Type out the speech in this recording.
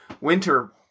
winter